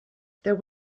there